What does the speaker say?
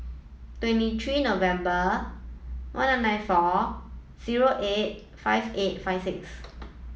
twenty three November one nine nine four zero eight five eight five six